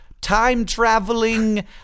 Time-traveling